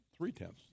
three-tenths